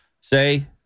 say